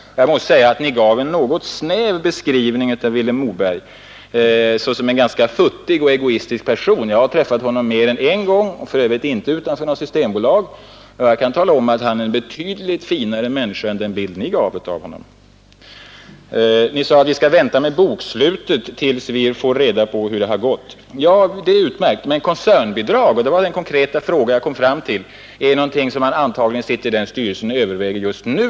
Jag måste säga att Ni gav en något snäv beskrivning av Vilhelm Moberg såsom en ganska futtig och egoistisk person. Jag har träffat honom mer än en gång — för övrigt inte utanför något systembolag — och jag kan tala om att han är en betydligt finare människa än han verkade vara enligt den bild Ni gav av honom. Ni sade att vi skall vänta med bokslutet tills vi har fått reda på hur det har gått. Ja, det är utmärkt. Men koncernbidrag — och det var den konkreta fråga jag kom fram till — är någonting som man antagligen överväger i den styrelsen just nu.